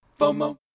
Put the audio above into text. FOMO